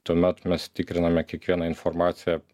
tuomet mes tikriname kiekvieną informaciją